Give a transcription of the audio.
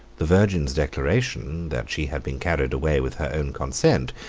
the virgin's declaration, that she had been carried away with her own consent,